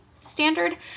standard